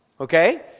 okay